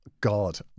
God